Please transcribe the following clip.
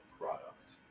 product